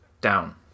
down